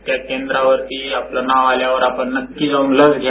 त्या केंद्रांवरती आपलं नाव आल्यावर आपण नक्की जाऊन लस घ्या